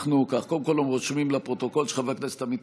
קודם כול רושמים לפרוטוקול שחבר הכנסת עמית